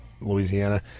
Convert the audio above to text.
Louisiana